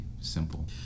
simple